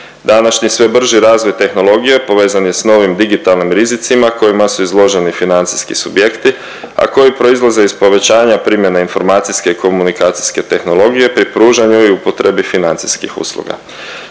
Današnji sve brži razvoj tehnologije povezan je s novim digitalnim rizicima kojima su izloženi financijski subjekti, a koji proizlaze iz povećanja primjene informacijske i komunikacijske tehnologije pri pružanju i upotrebi financijskih usluga.